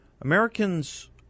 Americans